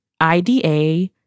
IDA